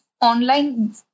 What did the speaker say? online